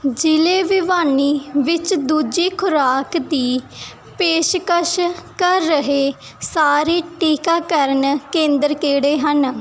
ਜ਼ਿਲ੍ਹੇ ਵਿਵਾਨੀ ਵਿੱਚ ਦੂਜੀ ਖੁਰਾਕ ਦੀ ਪੇਸ਼ਕਸ਼ ਕਰ ਰਹੇ ਸਾਰੇ ਟੀਕਾਕਰਨ ਕੇਂਦਰ ਕਿਹੜੇ ਹਨ